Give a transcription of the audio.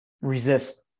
resist